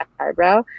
eyebrow